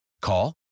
Call